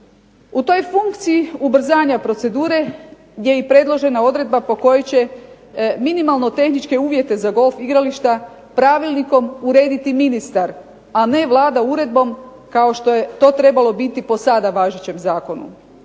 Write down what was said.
U toj funkciji ubrzanja procedure gdje je i predložena odredba po kojoj će minimalno tehničke uvjete za golf igrališta pravilnikom urediti ministar, a ne Vlada uredbom kao što je to trebalo biti po sada važećem zakonu.